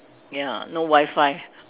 ya no Wi-Fi